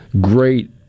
great